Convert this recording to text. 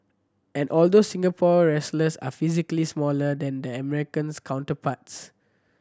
and although Singapore wrestlers are physically smaller than their American counterparts